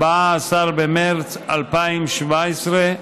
14 במרס 2017,